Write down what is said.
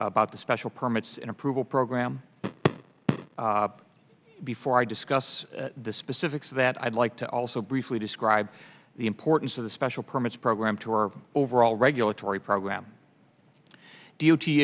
about the special permits and approval program before i discuss the specifics of that i'd like to also briefly describe the importance of the special permits program to our overall regulatory program